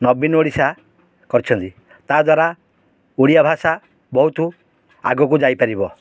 ନବୀନ ଓଡ଼ିଶା କରିଛନ୍ତି ତା ଦ୍ୱାରା ଓଡ଼ିଆ ଭାଷା ବହୁତ ଆଗକୁ ଯାଇପାରିବ